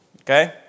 Okay